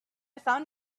found